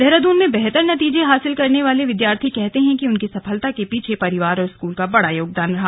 देहरादून में बेहतर नतीजे हासिल करने वाले विद्यार्थी कहते हैं कि उनकी सफलता के पीछे परिवार और स्कूल का बड़ा योगदान रहा